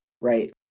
Right